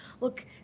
Look